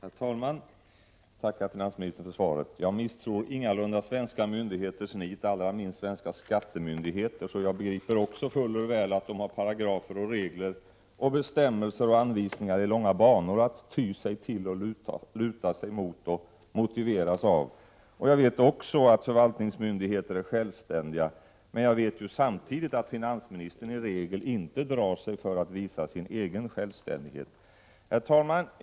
Herr talman! Jag tackar finansministern för svaret. Jag misstror ingalunda svenska myndigheters nit, allra minst svenska skattemyndigheters. Jag begriper också fuller väl att de har paragrafer, regler, bestämmelser och anvisningar i långa banor att ty sig till och luta sig mot och hämta motiveringar för sina beslut från. Jag vet också att förvaltningsmyndigheter är självständiga. Men jag vet samtidigt att finansministern i regel inte drar sig för att visa sin egen självständighet.